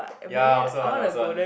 ya I also want I also want